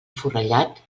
forrellat